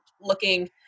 looking